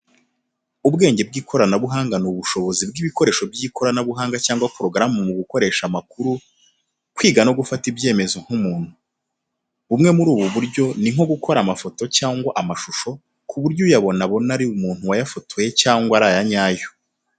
Ubwenge bw'ikoranabuhanga ni ubushobozi bw'ibikoresho by'ikoranabuhanga cyangwa porogaramu mu gukoresha amakuru, kwiga no gufata ibyemezo nk'umuntu. Bumwe muri ubu buryo ni nko gukora amafoto cyangwa amashusho ku buryo uyabona abona ko ari umuntu wayafotoye cyangwa ari ayanyayo.